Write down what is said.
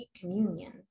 Communion